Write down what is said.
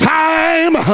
time